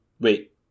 Wait